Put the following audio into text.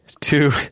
two